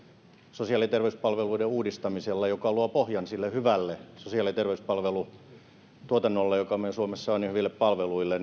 sosiaali ja terveyspalveluiden uudistamisessa joka luo pohjan sille hyvälle sosiaali ja terveyspalvelutuotannolle joka meillä suomessa on ja hyville palveluille